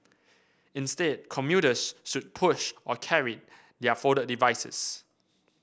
instead commuters should push or carry their folded devices